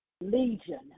Legion